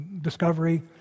discovery